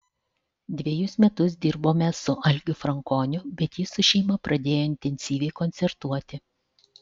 dvejus metus dirbome su algiu frankoniu bet jis su šeima pradėjo intensyviai koncertuoti